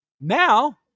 Now